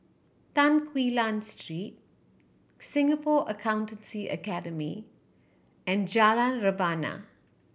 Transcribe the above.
Tan Quee Lan Street Singapore Accountancy Academy and Jalan Rebana